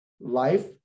life